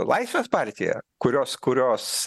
laisvės partija kurios kurios